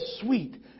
sweet